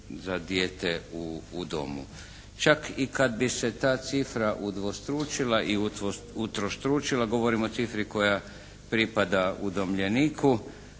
za dijete u domu. Čak i kad bi se ta cifra udvostručila i utrostručila, govorim o cifri koja pripada udomljeniku,